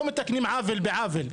לא מתקנים עוול בעוול.